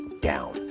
down